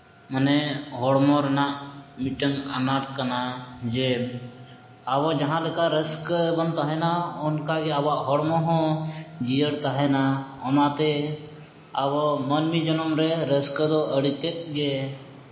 ᱢᱟᱱᱮ ᱦᱚᱲᱢᱚ ᱨᱮᱱᱟᱜ ᱢᱤᱫᱴᱟᱱ ᱟᱱᱟᱴ ᱠᱟᱱᱟ ᱡᱮ ᱟᱵᱚ ᱡᱟᱦᱟᱸ ᱞᱮᱠᱟ ᱨᱟᱹᱥᱠᱟᱹ ᱵᱚᱱ ᱛᱟᱦᱮᱱᱟ ᱚᱱᱠᱟ ᱜᱮ ᱟᱵᱚᱣᱟᱜ ᱦᱚᱲᱢᱚ ᱡᱤᱭᱟᱹᱲ ᱛᱟᱦᱮᱱᱟ ᱚᱱᱟᱛᱮ ᱟᱵᱚ ᱢᱟᱹᱱᱢᱤ ᱡᱚᱱᱚᱢ ᱨᱮ ᱨᱟᱹᱥᱠᱟᱹ ᱫᱚ ᱟᱹᱰᱤ ᱛᱮᱫ ᱜᱮ